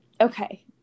Okay